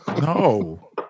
No